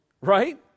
Right